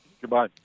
Goodbye